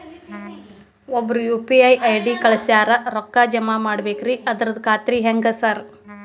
ಒಬ್ರು UPI ID ಕಳ್ಸ್ಯಾರ ರೊಕ್ಕಾ ಜಮಾ ಮಾಡ್ಬೇಕ್ರಿ ಅದ್ರದು ಖಾತ್ರಿ ಹೆಂಗ್ರಿ ಸಾರ್?